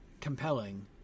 compelling